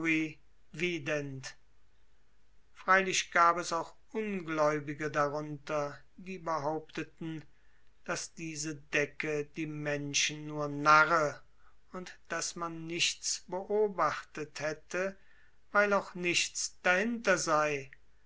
freilich gab es auch ungläubige darunter die behaupteten daß diese decke die menschen nur narre und daß man nichts beobachtet hätte weil auch nichts dahinter sei